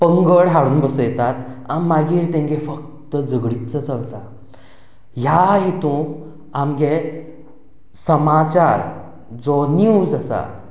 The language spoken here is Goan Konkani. पंगड हाडून बसयतात मागीर तांची फक्त झगडीच चलता ह्या हातूंत आमचो समाचार जो निव्ज आसा